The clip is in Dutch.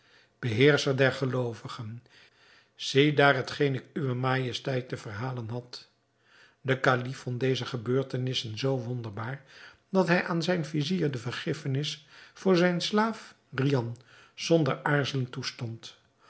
beheerscher der geloovigen ziedaar hetgeen ik uwe majesteit te verhalen had de kalif vond deze gebeurtenissen zoo wonderbaar dat hij aan zijn vizier de vergiffenis voor zijn slaaf rihan zonder aarzelen toestond